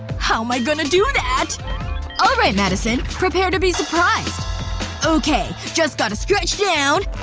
how am i going to do that? all right, madison. prepare to be surprised okay, just gotta stretch down,